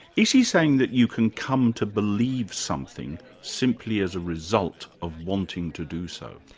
is he saying that you can come to believe something simply as a result of wanting to do so?